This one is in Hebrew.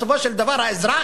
בסופו של דבר האזרח,